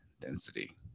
density